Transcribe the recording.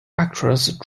actress